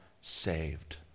saved